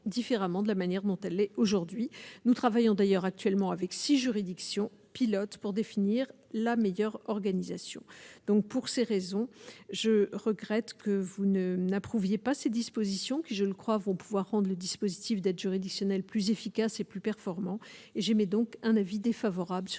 différemment de la manière dont elle est aujourd'hui, nous travaillons d'ailleurs actuellement avec six juridiction. Pilote pour définir la meilleure organisation donc pour ces raisons, je regrette que vous ne n'approuvait pas ces dispositions qui, je ne crois vont pouvoir prendre le dispositif d'aide juridictionnelle, plus efficace et plus performant et j'émets donc un avis défavorable sur